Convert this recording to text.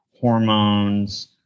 hormones